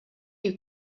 you